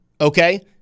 Okay